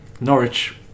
Norwich